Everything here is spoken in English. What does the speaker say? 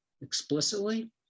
explicitly